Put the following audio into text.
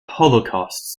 holocaust